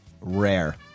Rare